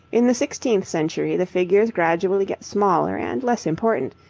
in the sixteenth century the figures gradually get smaller and less important,